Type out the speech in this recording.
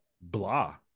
blah